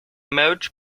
marriage